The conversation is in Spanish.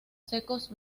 secos